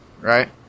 Right